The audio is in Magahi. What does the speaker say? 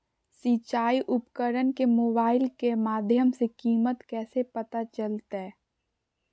सिंचाई उपकरण के मोबाइल के माध्यम से कीमत कैसे पता चलतय?